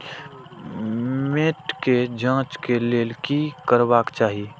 मैट के जांच के लेल कि करबाक चाही?